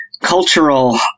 cultural